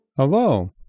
Hello